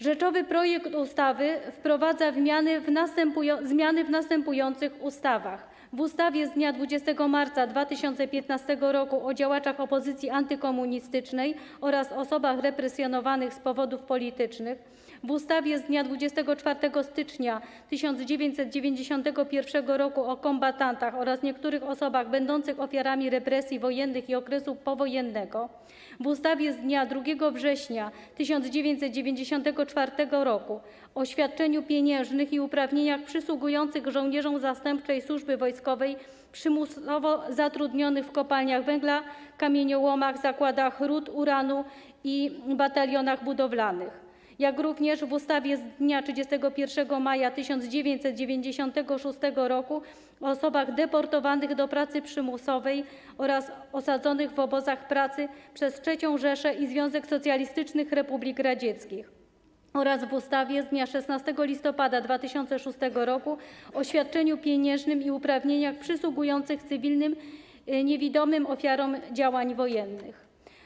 Rzeczony projekt ustawy wprowadza zmiany w następujących ustawach: w ustawie z dnia 20 marca 2015 r. o działaczach opozycji antykomunistycznej oraz osobach represjonowanych z powodów politycznych, w ustawie z dnia 24 stycznia 1991 r. o kombatantach oraz niektórych osobach będących ofiarami represji wojennych i okresu powojennego, w ustawie z dnia 2 września 1994 r. o świadczeniu pieniężnym i uprawnieniach przysługujących żołnierzom zastępczej służby wojskowej przymusowo zatrudnianym w kopalniach węgla, kamieniołomach, zakładach rud uranu i batalionach budowlanych, a także w ustawie z dnia 31 maja 1996 r. o osobach deportowanych do pracy przymusowej oraz osadzonych w obozach pracy przez III Rzeszę i Związek Socjalistycznych Republik Radzieckich oraz w ustawie z dnia 16 listopada 2006 r. o świadczeniu pieniężnym i uprawnieniach przysługujących cywilnym niewidomym ofiarom działań wojennych.